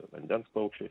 vandens paukščiais